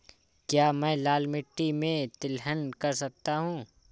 क्या मैं लाल मिट्टी में तिलहन कर सकता हूँ?